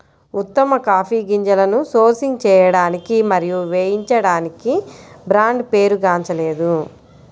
ఉత్తమ కాఫీ గింజలను సోర్సింగ్ చేయడానికి మరియు వేయించడానికి బ్రాండ్ పేరుగాంచలేదు